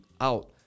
out